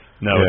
No